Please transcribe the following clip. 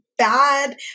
Bad